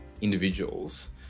individuals